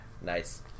Nice